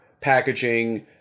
packaging